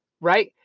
right